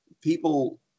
people